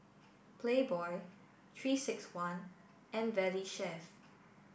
Playboy three six one and Valley Chef